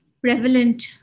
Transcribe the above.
prevalent